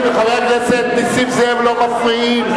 חבר הכנסת נסים זאב, לא מפריעים.